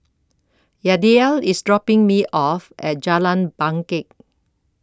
Yadiel IS dropping Me off At Jalan Bangket